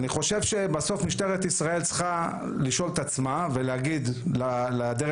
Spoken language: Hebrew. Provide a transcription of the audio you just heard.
אני חושב שבסוף משטרת ישראל צריכה לשאול את עצמה ולהגיד לדרג